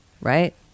Right